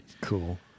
cool